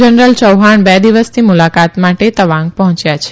general Chauhan બે દિવસની મુલાકાત માટે તેઓ તવાંગ પહોચ્યા છે